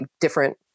different